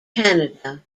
canada